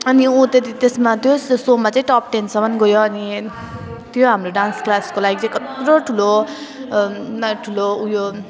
अनि ऊ त त त्यो सोमा चाहिँ टप टेनसम्म गयो अनि त्यो हाम्रो डान्स क्लासको लागि चाहिँ कत्रो ठुलो ठुलो उयो